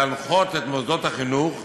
להנחות את מוסדות החינוך,